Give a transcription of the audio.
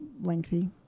lengthy